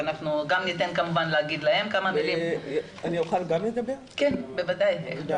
ואנחנו גם מצפים שתהיה עקביות מצד אלה